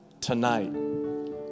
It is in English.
tonight